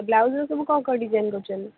ବ୍ଲାଉଜ୍ର ସବୁ କ'ଣ କ'ଣ ଡିଜାଇନ୍ କରୁଛନ୍ତି